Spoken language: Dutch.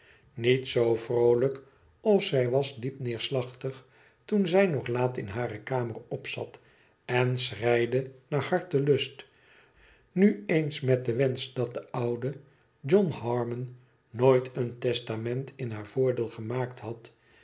niet zoo vroolijk of zij was diep neerslachtig toen zij nog laat in hare kamer opzat en schreide naar hartelust nu eens met den wensch dat de oude john harmon nooit een testament in haar voordeel gemaakt had